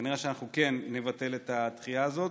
וכנראה שאנחנו כן נבטל את הדחייה הזאת,